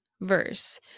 verse